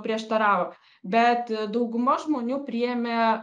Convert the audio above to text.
prieštaravo bet dauguma žmonių priėmė